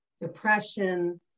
depression